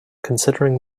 considering